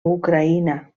ucraïna